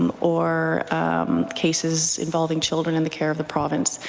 um or cases involving children in the care of the province.